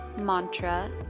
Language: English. Mantra